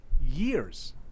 years